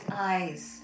eyes